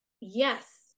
yes